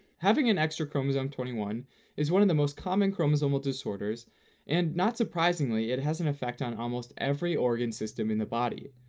having an extra chromosome twenty one is one of the most common chromosomal disorders and not surprisingly it has an effect on almost every organ system in the body,